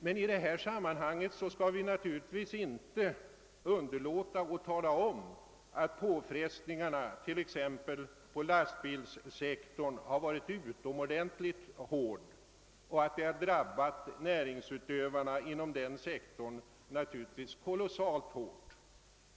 Men i detta sammanhang skall man naturligtvis inte underlåta att också tala om att påfrestningarna på t.ex. lastbilssektorn varit utomordentligt hårda och att detta naturligtvis har drabbat näringsutövarna inom den sektorn kolossalt hårt.